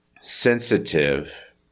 sensitive